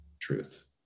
truth